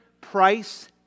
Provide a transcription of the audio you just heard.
price